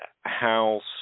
house